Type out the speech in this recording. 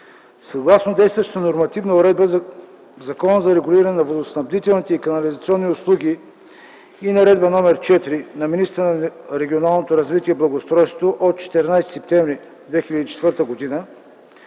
Съгласно действащата нормативна уредба в Закона за регулиране на водоснабдителните и канализационни услуги и Наредба № 4 на министъра на регионалното развитие и благоустройството от 14 септември 2004 г.